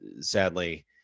sadly